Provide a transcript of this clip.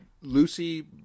Lucy